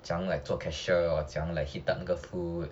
怎样来 like 做 cashier or 怎样 heat up 那个 food